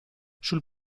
sul